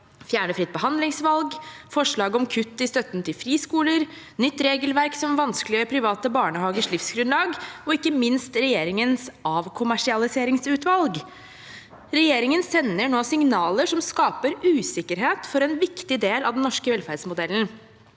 fjerne fritt behandlingsvalg, forslag om kutt i støtten til friskoler, nytt regelverk som vanskeliggjør private barnehagers livsgrunnlag, eller – ikke minst – regjeringens avkommersialiseringsutvalg. Regjeringen sender nå signaler som skaper usikkerhet for en viktig del av den norske velferdsmodellen,